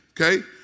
okay